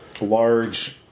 large